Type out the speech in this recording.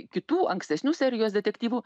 kitų ankstesnių serijos detektyvų